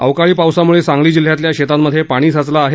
अवकाळी पावसाम्ळे सांगली जिल्ह्यातल्या शेतांमधे पाणी साचलं आहे